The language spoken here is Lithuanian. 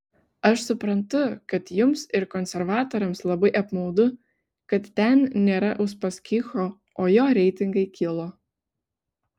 aš suprantu kad jums ir konservatoriams labai apmaudu kad ten nėra uspaskicho o jo reitingai kilo